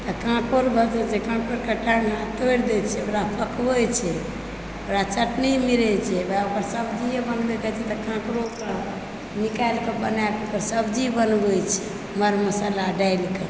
तऽ काकोर भसय छै काकोरके टाँग हाथ तोरि दए छै ओकरा पकबए छै ओकरा चटनी मिलय छै ओकरा सब्जिए बनबैके छै तऽ काकोरकऽ निकालिकऽ बनाए कऽ ओकर सब्जी बनबए छी मर मसाला डालिकऽ